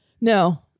no